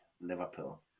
Liverpool